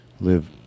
live